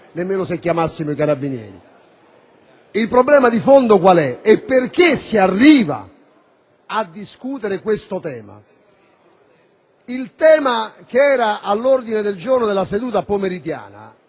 se chiamassimo i carabinieri. Il problema di fondo qual è e perché si arriva a discutere di questo tema? Il tema che era all'ordine del giorno della seduta pomeridiana